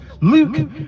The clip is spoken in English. Luke